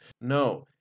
No